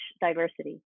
diversity